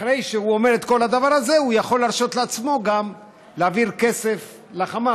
אחרי שהוא אומר את כל הדבר הזה הוא יכול להרשות לעצמו להעביר כסף לחמאס,